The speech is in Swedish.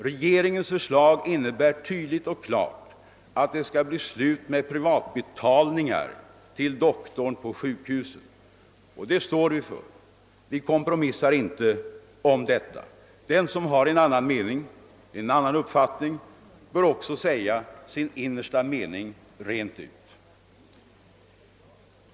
Regeringens förslag innebär tydligt och klart att det skall bli slut med privatbetalningar till doktorn på sjukhuset. Och det står vi för. Vi kompromissar inte om detta. Den som har en annan uppfattning bör också säga sin innersta mening rent ut.